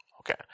Okay